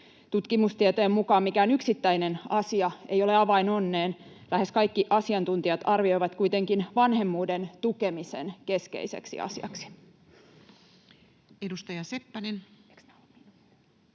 Tutkimustietojen mukaan mikään yksittäinen asia ei ole avain onneen. Lähes kaikki asiantuntijat arvioivat kuitenkin vanhemmuuden tukemisen keskeiseksi asiaksi. [Speech